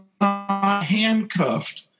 handcuffed